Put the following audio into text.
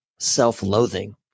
self-loathing